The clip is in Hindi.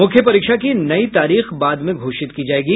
मुख्य परीक्षा की नई तारीख बाद में घोषित की जायेगी